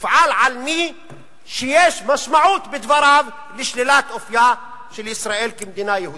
יופעל על מי שיש לדבריו משמעות של שלילת אופיה של ישראל כמדינה יהודית.